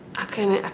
i couldn't